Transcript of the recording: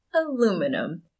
aluminum